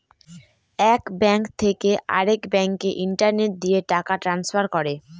এক ব্যাঙ্ক থেকে আরেক ব্যাঙ্কে ইন্টারনেট দিয়ে টাকা ট্রান্সফার করে